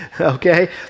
okay